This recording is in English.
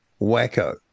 wacko